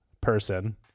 person